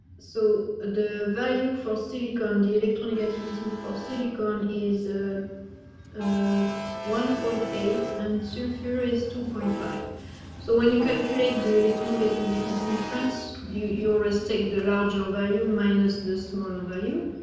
so the value for silicon, the electronic activity for city con is a one point eight and. so fear is two point five so when you calculate directly activity difference you yours. take the larger value minus the smaller value.